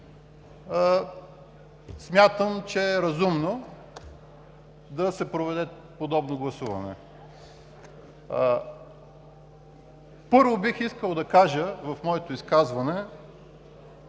Смятам, че е разумно да се проведе подобно гласуване. Първо, бих искал да кажа в моето изказване,